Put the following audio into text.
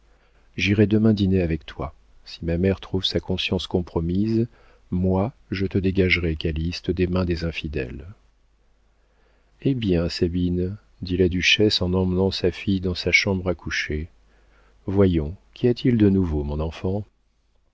j'irai demain dîner avec toi si ma mère trouve sa conscience compromise moi je te dégagerai calyste des mains des infidèles eh bien sabine dit la duchesse en emmenant sa fille dans sa chambre à coucher voyons qu'y a-t-il de nouveau mon enfant